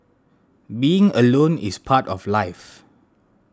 being alone is part of life